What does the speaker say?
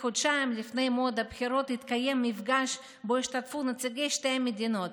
כחודשיים לפני מועד הבחירות התקיים מפגש שבו השתתפו נציגי שתי המדינות.